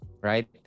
Right